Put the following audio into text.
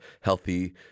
healthy